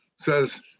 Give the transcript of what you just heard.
Says